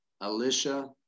Alicia